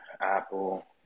Apple